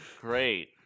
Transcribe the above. Great